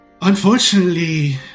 Unfortunately